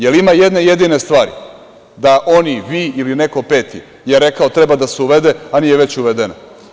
Jel ima ijedne jedine stvari da oni, vi ili neko peti je rekao da treba da se uvede a nije već uvedeno?